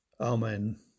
Amen